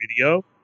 video